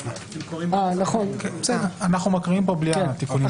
נכון, אנחנו מקריאים פה בלי התיקונים.